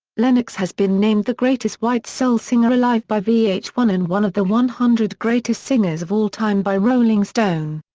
lennox has been named the greatest white soul singer alive by v h one and one of the one hundred greatest singers of all time by rolling stone.